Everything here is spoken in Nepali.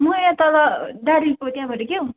म यहाँ तल डालीको त्यहाँबाट क्या हौ